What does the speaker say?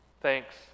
thanks